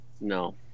No